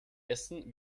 essen